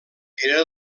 era